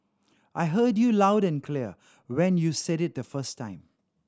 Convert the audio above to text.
I heard you loud and clear when you said it the first time